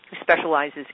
specializes